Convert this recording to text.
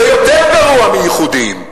זה יותר גרוע מהייחודיים,